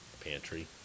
pantry